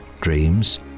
dreams